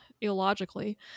illogically